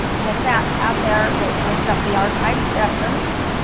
you go to that tab there that brings up the archived sessions